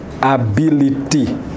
ability